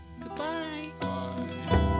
Goodbye